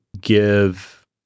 give